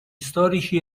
storici